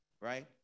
right